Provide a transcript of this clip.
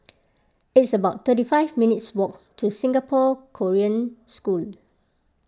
it's about thirty five minutes' walk to Singapore Korean School